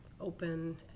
open